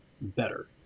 better